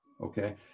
Okay